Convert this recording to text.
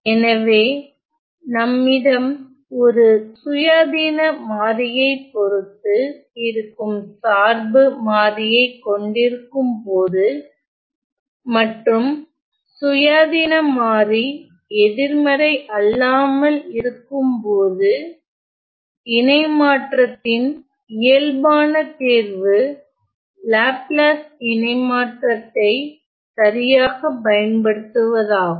எனவே நம்மிடம் ஒரு சுயாதீன மாறியைப் பொறுத்து இருக்கும் சார்பு மாறியைக் கொண்டிருக்கும்போது மற்றும் சுயாதீன மாறி எதிர்மறை அல்லாமல் இருக்கும்போது இணைமாற்றத்தின் இயல்பான தேர்வு லாப்லாஸ் இணைமாற்றத்தை சரியாகப் பயன்படுத்துவதாகும்